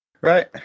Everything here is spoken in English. Right